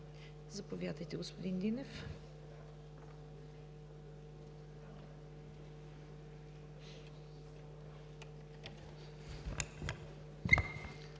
заповядайте, господин Динев.